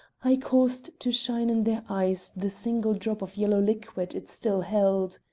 i caused to shine in their eyes the single drop of yellow liquid it still held.